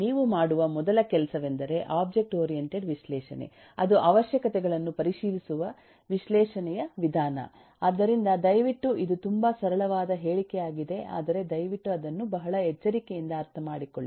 ನೀವು ಮಾಡುವ ಮೊದಲ ಕೆಲಸವೆಂದರೆ ಒಬ್ಜೆಕ್ಟ್ ಓರಿಯೆಂಟೆಡ್ ವಿಶ್ಲೇಷಣೆ ಅದು ಅವಶ್ಯಕತೆಗಳನ್ನು ಪರಿಶೀಲಿಸುವ ವಿಶ್ಲೇಷಣೆಯ ವಿಧಾನ ಆದ್ದರಿಂದ ದಯವಿಟ್ಟು ಇದು ತುಂಬಾ ಸರಳವಾದ ಹೇಳಿಕೆಯಾಗಿದೆ ಆದರೆ ದಯವಿಟ್ಟು ಅದನ್ನು ಬಹಳ ಎಚ್ಚರಿಕೆಯಿಂದ ಅರ್ಥಮಾಡಿಕೊಳ್ಳಿ